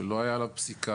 שלא היה עליו פסיקה.